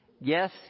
Yes